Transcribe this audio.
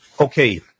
Okay